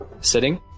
sitting